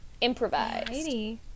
Improvise